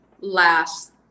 last